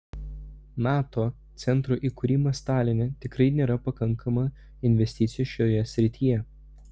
nato centro įkūrimas taline tikrai nėra pakankama investicija šioje srityje